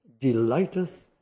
delighteth